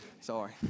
Sorry